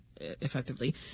effectively